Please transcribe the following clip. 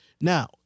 Now